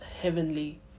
heavenly